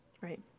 Right